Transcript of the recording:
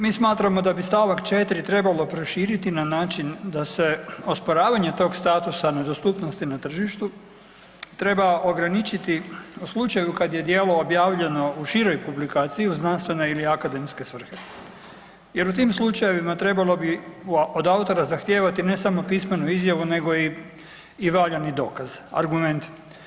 Mi smatramo da bi st. 4. trebalo proširiti na način da se osporavanje tog statusa „nedostupnosti na tržištu“ treba ograničiti u slučaju kad je djelo objavljeno u široj publikaciji u znanstvene ili akademske svrhe jer u tim slučajevima trebalo bi od autora zahtijevati ne samo pismenu izjavu nego i, i valjani dokaz, argument.